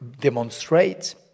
demonstrate